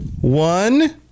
one